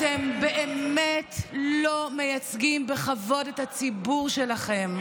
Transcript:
אתם באמת לא מייצגים בכבוד את הציבור שלכם.